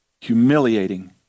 humiliating